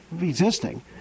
existing